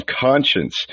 conscience